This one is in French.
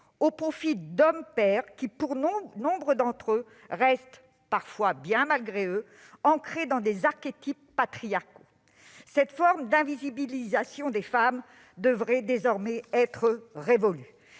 au profit d'hommes, pères, qui, pour nombre d'entre eux, restent, parfois à leur corps défendant, ancrés dans des archétypes patriarcaux. Cette forme d'invisibilisation des femmes devrait désormais être révolue.